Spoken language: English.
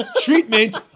treatment